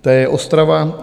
TJ Ostrava: